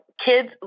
Kids